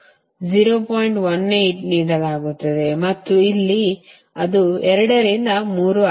18 ನೀಡಲಾಗುತ್ತದೆ ಮತ್ತು ಇಲ್ಲಿ ಅದು 2 ರಿಂದ 3 ಆಗಿದೆ